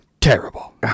terrible